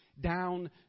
Down